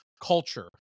culture